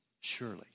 Surely